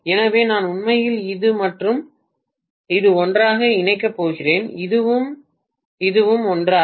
எனவே நான் உண்மையில் இது மற்றும் இது ஒன்றாக இணைக்கப் போகிறேன் இதுவும் இதுவும் ஒன்றாக